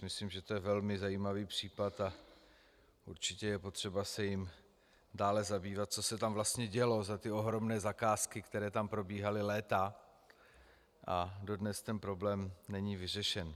Myslím, že to je velmi zajímavý případ, a určitě je potřeba se jím dále zabývat, co se tam vlastně dělo za ohromné zakázky, které tam probíhaly léta, a dodnes tento problém není vyřešen.